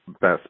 best